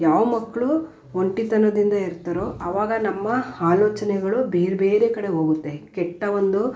ಯಾವ ಮಕ್ಕಳು ಒಂಟಿತನದಿಂದ ಇರ್ತಾರೋ ಆವಾಗ ನಮ್ಮ ಆಲೋಚನೆಗಳು ಬೇರೆಬೇರೆ ಕಡೆ ಹೋಗುತ್ತೆ ಕೆಟ್ಟ ಒಂದು